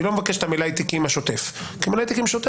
אני לא מבקש את מלאי התיקים השוטף; זה נחמד,